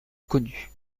connue